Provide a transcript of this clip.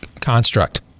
construct